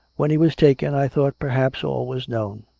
when he was taken i thought perhaps all was known.